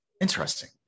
Interesting